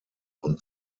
und